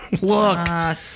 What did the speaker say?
Look